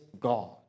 God